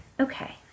Okay